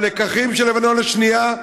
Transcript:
הלקחים של לבנון השנייה,